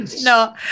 No